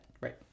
Right